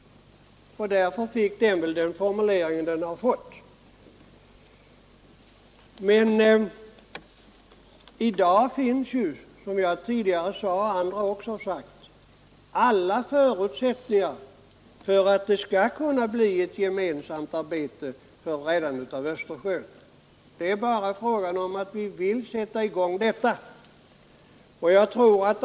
Därför fick den väl den formulering den har fått. Men i dag finns, som såväl jag som andra tidigare har sagt, alla förutsättningar för att det skall kunna bli ett gemensamt arbete för räddande av Östersjön. Frågan är bara om vi skall sätta i gång detta arbete.